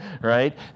right